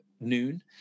noon